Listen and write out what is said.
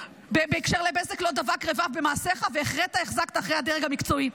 בהקשר לבזק לא דבק רבב במעשיך והחרית-החזקת אחרי הדרג המקצועי.